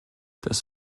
das